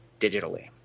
digitally